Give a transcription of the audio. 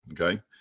Okay